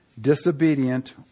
disobedient